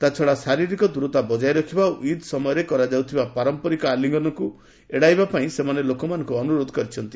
ତା'ଛଡା ଶାରୀରିକ ଦୂରତା ବଜାୟ ରଖିବା ଓ ଇଦ୍ ସମୟରେ କରାଯାଉଥିବା ପାରମ୍ପରିକ ଆଲିଙ୍ଗନକୁ ଏଡାଇବା ପାଇଁ ସେମାନେ ଲୋକମାନଙ୍କୁ ଅନୁରୋଧ କରିଛନ୍ତି